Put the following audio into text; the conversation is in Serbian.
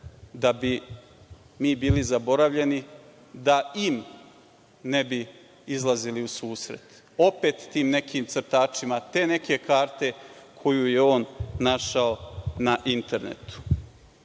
da bi mi bili zaboravljeni, da „in“ ne bi izlazili u susret, opet nekim crtačima te neke karte koju je on našao na internetu? Ovde